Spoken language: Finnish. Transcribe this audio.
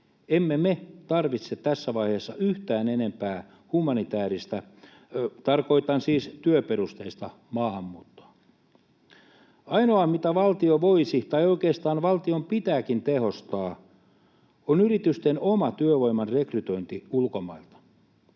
Emme me tarvitse tässä vaiheessa yhtään enempää humanitääristä — tarkoitan siis työperusteista — maahanmuuttoa. Ainoa, mitä valtio voisi tehostaa, tai oikeastaan valtion pitääkin tehostaa, on yritysten oma työvoiman rekrytointi ulkomailta.